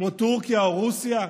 כמו טורקיה או רוסיה?